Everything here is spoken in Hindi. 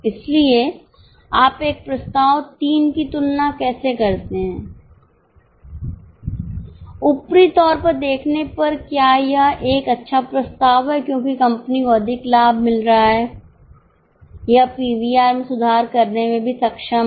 इसलिए आप एक प्रस्ताव 3 की तुलना कैसे करते हैं ऊपरी तौर पर देखने पर क्या यह एक अच्छा प्रस्ताव है क्योंकि कंपनी को अधिक लाभ मिल रहा है यह पीवीआर में सुधार करने में भी सक्षम है